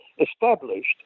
established